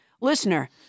Listener